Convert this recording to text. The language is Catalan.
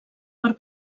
per